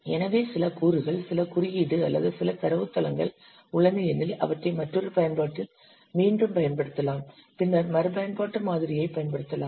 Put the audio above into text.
ஏற்கனவே சில கூறுகள் சில குறியீடு அல்லது சில தரவுத்தளங்கள் உள்ளன எனில் அவற்றை மற்றொரு பயன்பாட்டில் மீண்டும் பயன்படுத்தப்படலாம் பின்னர் மறுபயன்பாட்டு மாதிரியைப் பயன்படுத்தலாம்